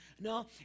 No